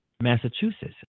Massachusetts